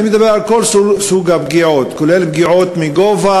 אני מדבר על כל סוגי הפגיעות, כולל נפילות מגובה.